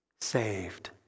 Saved